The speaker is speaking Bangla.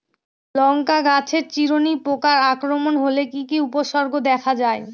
লঙ্কা গাছের চিরুনি পোকার আক্রমণ হলে কি কি উপসর্গ দেখা যায়?